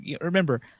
remember